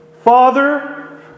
Father